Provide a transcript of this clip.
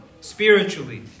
spiritually